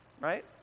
Right